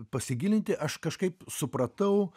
pasigilinti aš kažkaip supratau